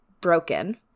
broken